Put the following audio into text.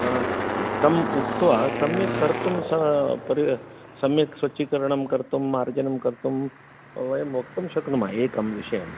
तम् उक्त्वा सम्यक् कर्तुं स सम्यक् स्वच्छीकरणं कर्तुं मार्जनं कर्तुं वयं वक्तुं शक्नुमः एकं विषयं